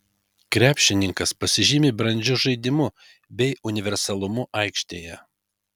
krepšininkas pasižymi brandžiu žaidimu bei universalumu aikštėje